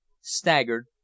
staggered